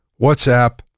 WhatsApp